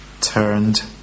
turned